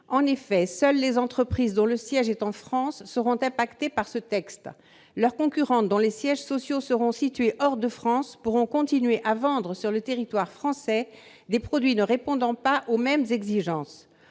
En effet, seules les entreprises dont le siège est domicilié en France seront affectées par ce texte. Celles de leurs concurrentes dont les sièges sociaux sont établis hors de France pourront continuer à vendre sur le territoire français des produits ne répondant pas aux mêmes exigences.